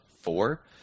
four